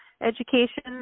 education